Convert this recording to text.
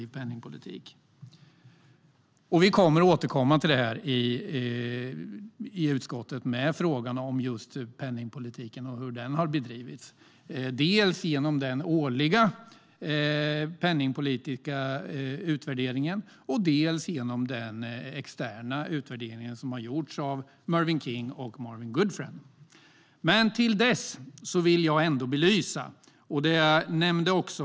Vi kommer att återkomma i utskottet till frågan om penningpolitiken och hur den har bedrivits, dels genom den årliga penningpolitiska utvärderingen, dels genom den externa utvärdering som har gjorts av Mervyn King och Marvin Goodfriend. Men till dess vill jag belysa att räntan har sänkts.